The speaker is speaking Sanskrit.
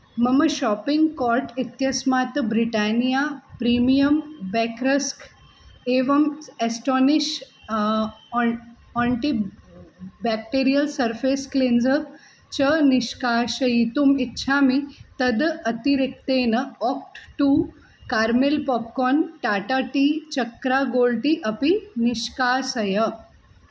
मम शापिङ्ग् कोर्ट् इत्यस्मात् ब्रिटानिया प्रीमियं बेक् रस्क् एवं एस्टोनिश् ओण् ओण्टि बेक्टीरियल् सर्फ़ेस् क्लेन्ज़र् च निष्काषयितुम् इच्छामि तद् अतिरिक्तेन act two caramel popcorn Tata tea Chakra gold tea अपि निष्कासय